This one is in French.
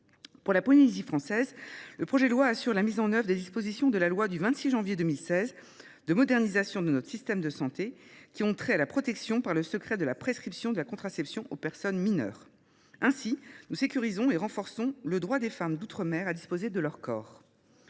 de la Polynésie française, le projet de loi y assure la mise en œuvre des dispositions de la loi du 26 janvier 2016 de modernisation de notre système de santé qui ont trait à la protection par le secret de la prescription de la contraception aux personnes mineures. Ainsi, nous sécurisons et renforçons le droit des femmes d’outre mer à disposer de leur corps.